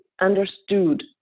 understood